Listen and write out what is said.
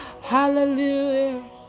Hallelujah